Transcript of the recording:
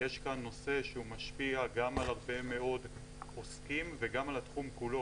יש כאן נושא שהוא משפיע גם על הרבה מאוד עוסקים וגם על התחום כולו,